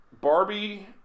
Barbie